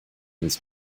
his